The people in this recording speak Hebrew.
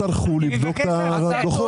באמת, הם לא טרחו לבדוק את הדוחות.